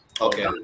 Okay